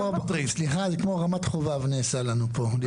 זה כמו רמת חובב נעשה לנו פה.